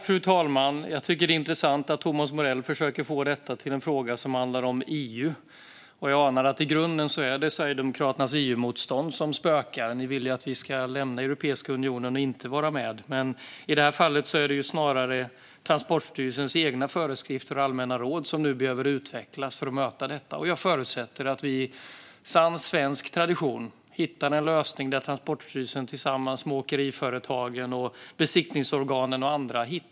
Fru talman! Det är intressant att Thomas Morell försöker få detta till att bli en fråga som handlar om EU. Jag anar att det är Sverigedemokraternas EU-motstånd som spökar. De vill ju att vi ska lämna Europeiska unionen. I det här fallet är det snarare Transportstyrelsens egna föreskrifter och allmänna råd som behöver utvecklas för att möta detta. Jag förutsätter att vi i sann svensk tradition hittar en gemensam lösning mellan Transportstyrelsen, åkeriföretagen, besiktningsorganen och andra.